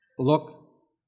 look